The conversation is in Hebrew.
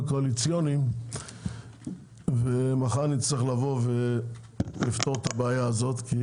הקואליציוניים ומחר אצטרך לבוא ולפתור את הבעיה הזאת כי